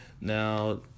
now